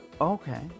Okay